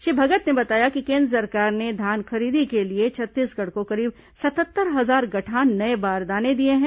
श्री भगत ने बताया कि कोन्द्र सरकार ने धान खरीदी के लिए छत्तीसगढ़ को करीब सतहत्तर हजार गठान नये बारदाने दिए हैं